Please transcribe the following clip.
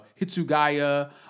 Hitsugaya